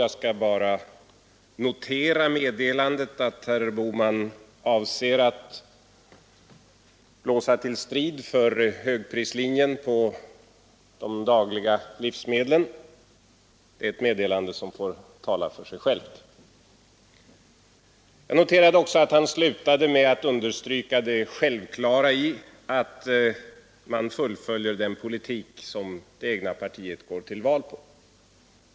Jag skall bara notera meddelandet att herr Bohman avser att blåsa till strid för högprislinjen när det gäller de dagliga livsmedlen — ett meddelande som får tala för sig självt. Jag noterar också att han slutade med att understryka det självklara i att man fullföljer den politik som det egna partiet gått till val på.